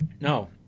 no